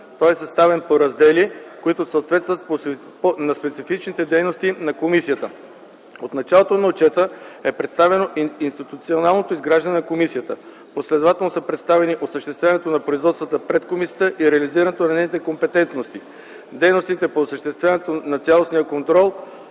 Той е съставен по раздели, които съответстват на специфичните дейности на комисията. От началото на отчета е представено институционалното изграждане на комисията. Последователно са представени осъществяването на производствата пред комисията и реализирането на нейните компетентности, дейностите по осъществяването на цялостния контрол